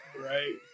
Right